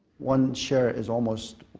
one share is almost